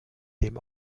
dem